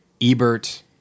Ebert